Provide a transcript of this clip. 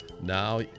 Now